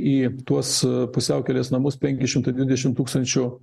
į tuos pusiaukelės namus penki šimtai dvidešimt tūkstančių